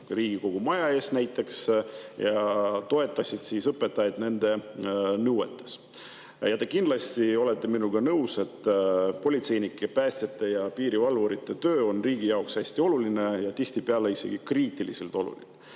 Riigikogu maja ees ja toetasid õpetajaid nende nõuetes. Te kindlasti olete minuga nõus, et politseinike, päästjate ja piirivalvurite töö on riigi jaoks hästi oluline ja tihtipeale isegi kriitiliselt oluline.